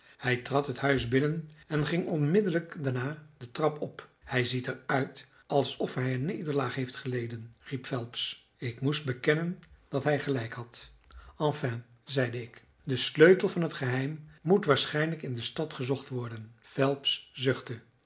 hij trad het huis binnen en ging onmiddellijk daarna de trap op hij ziet er uit alsof hij een nederlaag heeft geleden riep phelps ik moest bekennen dat hij gelijk had enfin zeide ik de sleutel van het geheim moet waarschijnlijk in de stad gezocht worden phelps zuchtte